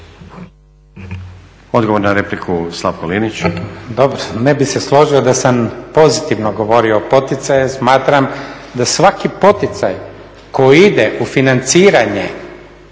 Odgovor na repliku, Slavko Linić. **Linić, Slavko (Nezavisni)** Ne bih se složio da sam pozitivno govorio o poticajima, smatram da svaki poticaj koji ide u financiranje